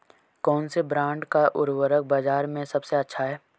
कौनसे ब्रांड का उर्वरक बाज़ार में सबसे अच्छा हैं?